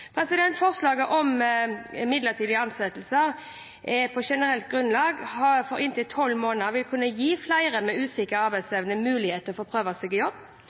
Forslaget om midlertidige ansettelser for inntil tolv måneder vil på generelt grunnlag kunne gi flere med usikker arbeidsevne mulighet til å få prøvd seg i jobb.